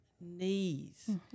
knees